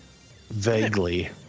vaguely